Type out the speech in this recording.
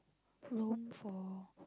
Rome for